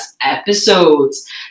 episodes